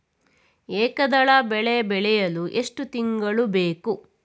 ಏಕದಳ ಬೆಳೆ ಬೆಳೆಯಲು ಎಷ್ಟು ತಿಂಗಳು ಬೇಕು?